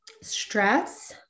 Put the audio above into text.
stress